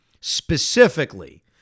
Specifically